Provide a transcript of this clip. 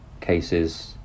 cases